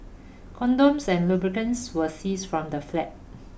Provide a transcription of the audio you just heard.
condoms and lubricants were seized from the flat